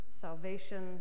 salvation